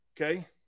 okay